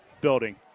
building